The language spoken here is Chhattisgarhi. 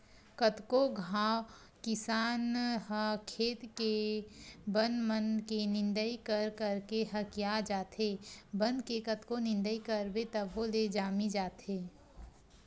कतको घांव किसान ह खेत के बन मन के निंदई कर करके हकिया जाथे, बन के कतको निंदई करबे तभो ले जामी जाथे